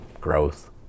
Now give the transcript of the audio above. growth